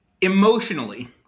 emotionally